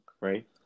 right